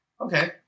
Okay